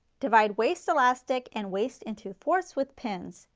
divide waist elastic and waist into fours with pins,